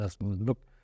Look